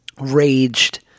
raged